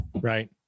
Right